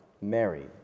Mary